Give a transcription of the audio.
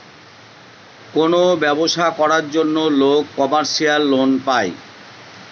কোনো ব্যবসা করার জন্য লোক কমার্শিয়াল লোন পায়